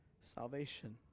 salvation